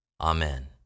Amen